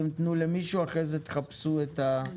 כל